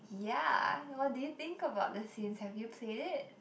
ya what do you think about the Sims have you played it